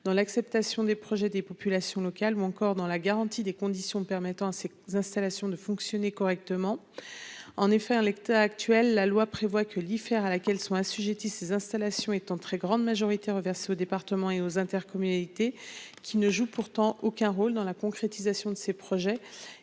dans l'acceptation des projets des populations locales ou encore dans la garantie des conditions permettant à ses installations de fonctionner correctement. En effet, un lecteur actuel. La loi prévoit que l'IFER à laquelle sont assujettis ces installations est en très grande majorité reversée aux départements et aux intercommunalités qui ne jouent pourtant aucun rôle dans la concrétisation de ces projets